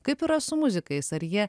kaip yra su muzikais ar jie